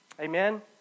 Amen